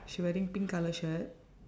she wearing pink colour shirt